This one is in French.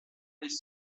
les